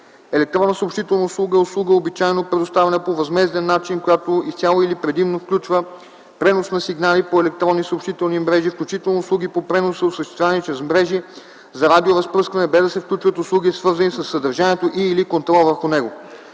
„Електронна съобщителна услуга” е услуга, обичайно предоставяна по възмезден начин, която изцяло или предимно включва пренос на сигнали по електронни съобщителни мрежи, включително услуги по преноса, осъществявани чрез мрежи за радиоразпръскване, без да се включват услуги, свързани със съдържанието и/или контрола върху него.